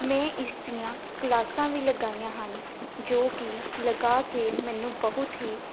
ਮੈਂ ਇਸ ਦੀਆਂ ਕਲਾਸਾਂ ਵੀ ਲਗਾਈਆਂ ਹਨ ਜੋ ਕਿ ਲਗਾ ਕੇ ਮੈਨੂੰ ਬਹੁਤ ਹੀ